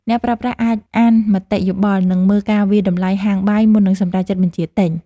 អ្នកប្រើប្រាស់អាចអានមតិយោបល់ និងមើលការវាយតម្លៃហាងបាយមុននឹងសម្រេចចិត្តបញ្ជាទិញ។